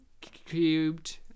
Cubed